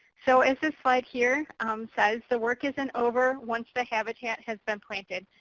so as this slide here says, the work isn't over once the habitat has been planted.